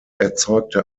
erzeugte